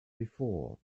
before